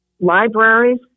libraries